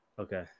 Okay